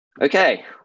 Okay